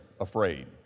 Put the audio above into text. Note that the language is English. afraid